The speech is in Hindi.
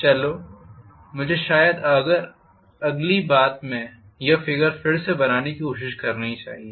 चलो मुझे शायद अगली बात में यह फिगर फिर से बनाने की कोशिश करनी चाहिए